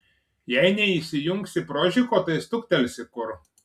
jei neįsijungsi prožiko tai stuktelsi kur